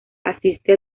asiste